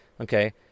okay